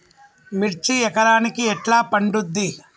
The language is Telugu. మిర్చి ఎకరానికి ఎట్లా పండుద్ధి?